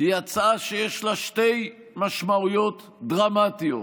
היא הצעה שיש לה שתי משמעויות דרמטיות: